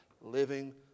living